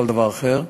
כל דבר אחר.